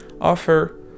offer